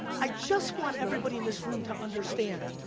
i just want everybody in this room to understand,